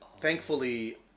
thankfully